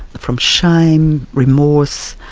from shame, remorse,